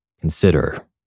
consider